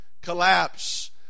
collapse